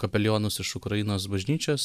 kapelionus iš ukrainos bažnyčios